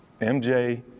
MJ